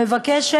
מובהקת,